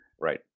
right